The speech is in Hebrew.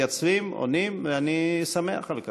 מתייצבים, עונים, ואני שמח על כך.